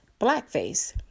blackface